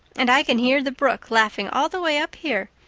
and i can hear the brook laughing all the way up here.